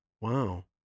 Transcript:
Wow